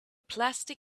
plastic